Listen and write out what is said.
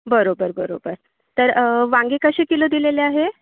बरोबर बरोबर तर वांगे कसे किलो दिलेले आहे